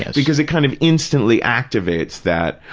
and because it kind of instantly activates that,